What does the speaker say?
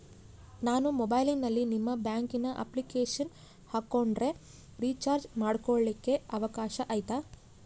ನಾನು ಮೊಬೈಲಿನಲ್ಲಿ ನಿಮ್ಮ ಬ್ಯಾಂಕಿನ ಅಪ್ಲಿಕೇಶನ್ ಹಾಕೊಂಡ್ರೆ ರೇಚಾರ್ಜ್ ಮಾಡ್ಕೊಳಿಕ್ಕೇ ಅವಕಾಶ ಐತಾ?